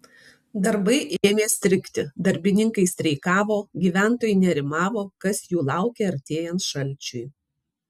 darbai ėmė strigti darbininkai streikavo gyventojai nerimavo kas jų laukia artėjant šalčiui